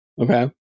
Okay